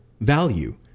value